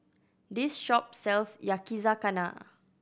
this shop sells Yakizakana